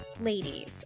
Ladies